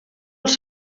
els